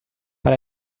but